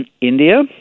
india